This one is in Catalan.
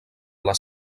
les